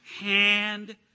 hand